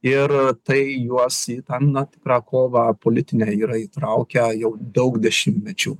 ir tai juos į tą na tikrą kovą politinę yra įtraukę jau daug dešimtmečių